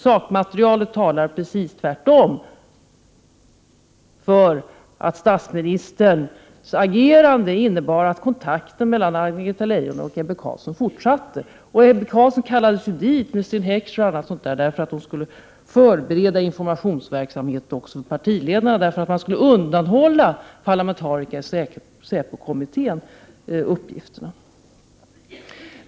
Sakmaterialet talar i själva verket för att statsministerns agerande innebar att kontakten mellan Anna-Greta Leijon och Ebbe Carlsson fortsatte. Ebbe Carlsson kallades upp till henne tillsammans med Sten Heckscher för att man skulle förbereda informationsverksamhet också i förhållande till partiledarna för att man skulle undanhålla uppgifterna från parlamentarikerna i säpokommittén.